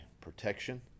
protection